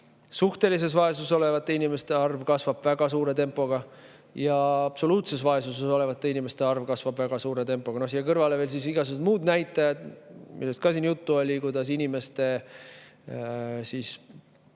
suhtelises vaesuses olevate inimeste arv kasvab väga suure tempoga ja absoluutses vaesuses olevate inimeste arv kasvab ka väga suure tempoga. Siin kõrval on veel igasugused muud näitajad, millest ka juttu oli. Inimeste